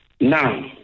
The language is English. Now